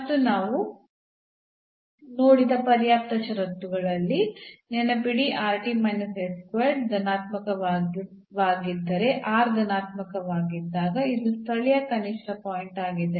ಮತ್ತು ನಾವು ನೋಡಿದ ಪರ್ಯಾಪ್ತ ಷರತ್ತುಗಳಲ್ಲಿ ನೆನಪಿಡಿ ಧನಾತ್ಮಕವಾಗಿದ್ದರೆ ಧನಾತ್ಮಕವಾಗಿದ್ದಾಗ ಇದು ಸ್ಥಳೀಯ ಕನಿಷ್ಠ ಪಾಯಿಂಟ್ ಆಗಿದೆ